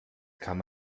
kann